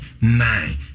nine